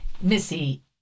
Missy